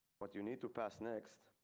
but you need to pass next.